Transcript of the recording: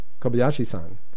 Kobayashi-san